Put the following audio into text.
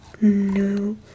no